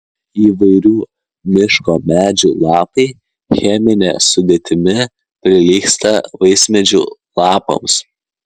įvairių miško medžių lapai chemine sudėtimi prilygsta vaismedžių lapams